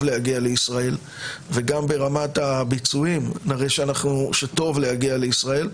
להגיע לישראל וגם ברמת הביצועים נראה שטוב להגיע לישראל,